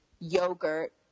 yogurt